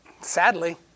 sadly